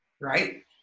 right